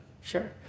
sure